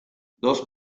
dos